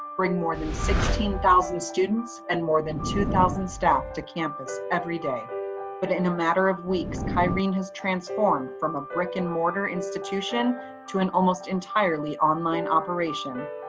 bring more than sixteen thousand students and more than two thousand staff to campus every day but in a matter of weeks, kyrene has transformed from a brick and mortar institution to an almost entirely online operation.